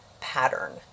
pattern